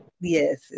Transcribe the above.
Yes